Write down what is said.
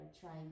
trying